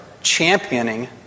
Championing